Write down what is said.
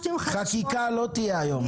חקיקה לא תהיה היום.